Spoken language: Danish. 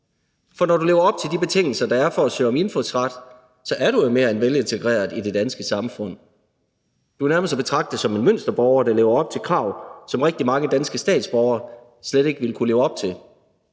For når du lever op til de betingelser, der er, for at søge om indfødsret, så er du jo mere end velintegreret i det danske samfund. Du er nærmest at betragte som en mønsterborger, der lever op til krav, som rigtig mange danske statsborgere slet ikke ville kunne leve op til.